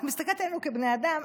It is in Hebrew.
את מסתכלת עלינו כבני אדם,